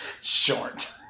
Short